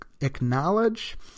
acknowledge